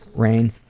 rain,